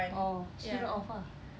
oh suruh dia off ah